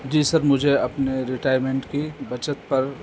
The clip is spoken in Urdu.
جی سر مجھے اپنے ریٹائرمنٹ کی بچت پر